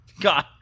God